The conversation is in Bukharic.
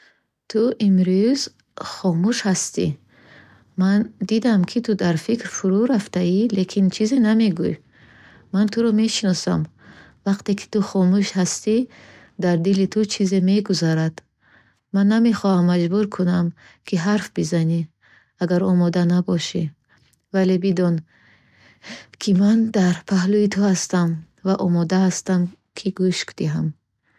Ту имрӯз хомӯш ҳастӣ. Ман дидaм, ки ту дар фикр фурӯ рафтаӣ, лекин чизе намегӯӣ. Ман туро мешиносам. Вақте ки ту хомӯш ҳастӣ, дар дили ту чизе мегузарад. Ман намехоҳам маҷбур кунам, ки ҳарф бизанӣ, агар омода набошӣ. Вале бидон, ки ман дар паҳлуи ту ҳастам ва омодаам, ки гӯш диҳам.